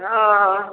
हँ हँ